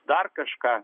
dar kažką